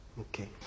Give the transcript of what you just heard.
Okay